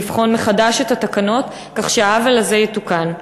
לבחון מחדש את התקנות כך שהעוול הזה יתוקן.